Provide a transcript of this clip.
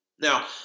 Now